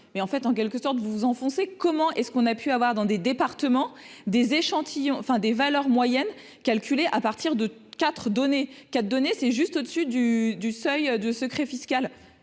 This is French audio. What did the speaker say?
mais en fait, en quelque sorte, vous vous enfoncez comment est-ce qu'on a pu avoir dans des départements, des échantillons enfin des valeurs moyennes calculées à partir de quatre quatre donné c'est juste au-dessus du du seuil de secret fiscal